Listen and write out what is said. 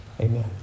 Amen